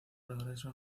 regreso